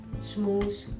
smooth